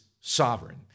sovereign